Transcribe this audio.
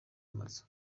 amazu